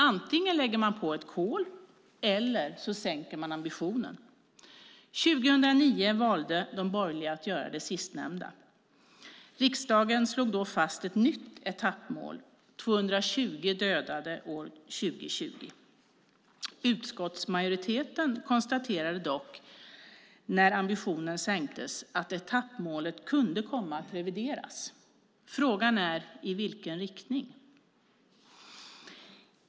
Antingen lägger man på ett kol eller också sänker man ambitionen. År 2009 valde de borgerliga att göra det sistnämnda. Riksdagen slog då fast ett nytt etappmål: högst 220 dödade år 2020. När ambitionen sänktes konstaterade dock utskottsmajoriteten att etappmålet kunde komma att revideras. Frågan är: I vilken riktning?